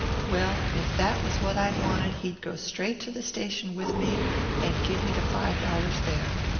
well, if that was what i wanted he'd go straight to the station with me and give me the five dollars there.